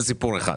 זה סיפור אחד.